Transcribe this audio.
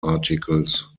articles